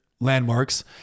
landmarks